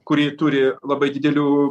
kurį turi labai didelių